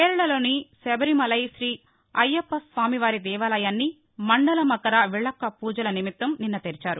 కేరళలోని శబరిమలైలో శ్రీ అయ్యప్ప స్వామి దేవాలయాన్ని మండల మకర విళక్కు పూజల నిమిత్తం నిన్న తెరిచారు